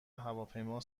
هواپیما